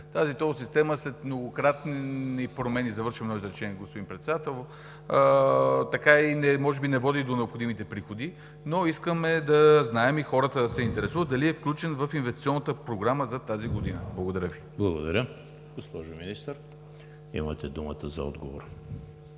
Тази тол система след многократни промени – завършвам с едно изречение, господин Председател – така и може би не води до необходимите приходи. Но искаме да знаем и хората се интересуват дали е включен в инвестиционната програма за тази година. Благодаря Ви. ПРЕДСЕДАТЕЛ ЕМИЛ ХРИСТОВ: Благодаря. Госпожо Министър, имате думата за отговор.